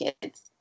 kids